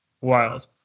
wild